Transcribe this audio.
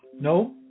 No